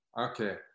Okay